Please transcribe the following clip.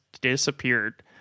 disappeared